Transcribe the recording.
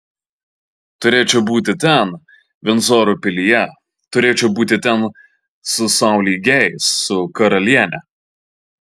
turėčiau būti ten vindzoro pilyje turėčiau būti ten su sau lygiais su karaliene